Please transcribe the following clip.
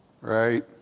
right